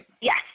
Yes